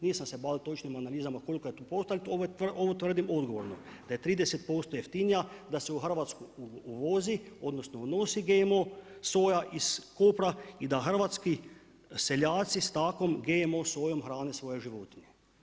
Nisam se bavio točnim analizama koliko je tu posto, ali ovo tvrdim odgovorno da je 30% jeftinija da se u Hrvatsku uvozi, odnosno unosi GMO soja iz Kopra i da hrvatski seljaci s takvom GMO sojom hrane svoje životinje.